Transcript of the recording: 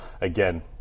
again